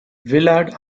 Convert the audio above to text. willard